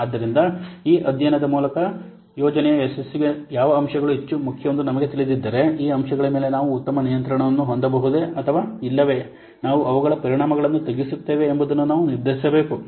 ಆದ್ದರಿಂದ ಈ ಅಧ್ಯಯನದ ಮೂಲಕ ಯೋಜನೆಯ ಯಶಸ್ಸಿಗೆ ಯಾವ ಅಂಶಗಳು ಹೆಚ್ಚು ಮುಖ್ಯವೆಂದು ನಮಗೆ ತಿಳಿದಿದ್ದರೆ ಈ ಅಂಶಗಳ ಮೇಲೆ ನಾವು ಉತ್ತಮ ನಿಯಂತ್ರಣವನ್ನು ಹೊಂದಬಹುದೇ ಅಥವಾ ಇಲ್ಲವೇ ನಾವು ಅವುಗಳ ಪರಿಣಾಮಗಳನ್ನು ತಗ್ಗಿಸುತ್ತೇವೆ ಎಂಬುದನ್ನು ನಾವು ನಿರ್ಧರಿಸಬೇಕು